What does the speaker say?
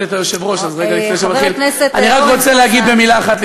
להגיד במילה אחת,